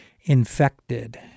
infected